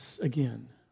again